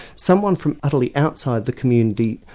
someone from utterly outside the community,